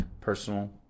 personal